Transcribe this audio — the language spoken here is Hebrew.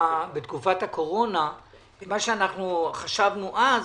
מה שאנחנו חשבנו אז,